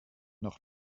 noch